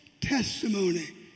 testimony